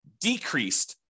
decreased